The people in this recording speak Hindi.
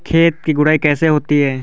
खेत की गुड़ाई कैसे होती हैं?